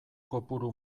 kopuru